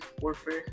Warfare